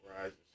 rises